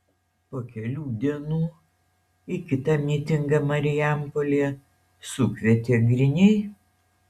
po kelių dienų į kitą mitingą marijampolėje sukvietė griniai